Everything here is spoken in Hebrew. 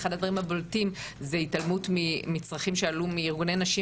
אחד הדברים הבולטים זה התעלמות מצרכים שעלו מארגוני נשים